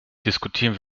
diskutieren